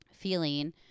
feeling